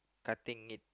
cutting it